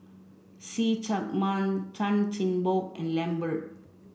see Chak Mun Chan Chin Bock and Lambert